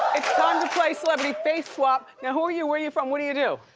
it's time to play celebrity face swap. now, who are you, where are you from, what do you do?